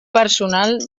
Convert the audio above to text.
personal